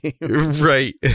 Right